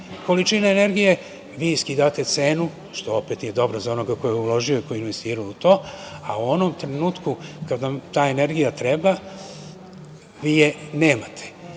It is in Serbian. količine energije, vi skidate cenu, što opet nije dobro za onoga za onog ko je uložio i koji je investirao u to, a u onom trenutku kada vam ta energija treba, vi je nemate.